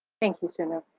thank you, sunu.